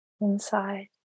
Inside